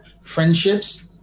friendships